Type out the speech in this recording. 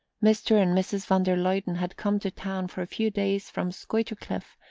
mr. and mrs. van der luyden had come to town for a few days from skuytercliff,